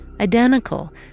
identical